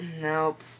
Nope